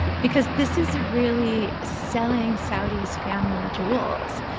because this is really selling saudi's family jewels.